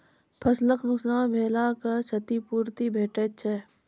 फसलक नुकसान भेलाक क्षतिपूर्ति भेटैत छै?